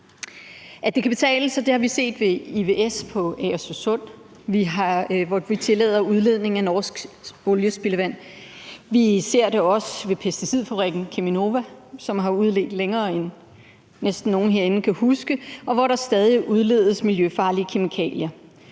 At det kan betale sig har vi set ved Agersø Sund, hvor vi tillader udledning af norsk oliespildevand. Vi ser det også ved pesticidfabrikken Cheminova, som har udledt kemikalier længere, end nogen herinde næsten kan huske, og hvor der stadig udledes miljøfarlige kemikalier,